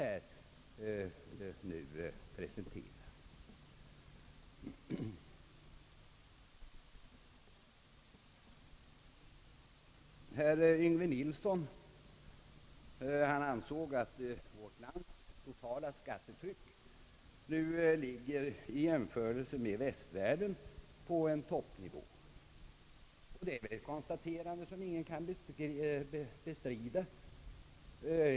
Herr Yngve Nilsson ansåg att vårt lands totala skattetryck i jämförelse med västvärldens nu ligger på en toppnivå. Det är väl ett konstaterande som ingen kan bestrida.